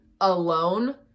alone